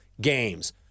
games